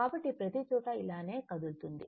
కాబట్టి ప్రతిచోటా ఇలానే కదులుతుంది